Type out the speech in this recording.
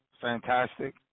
fantastic